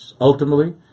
Ultimately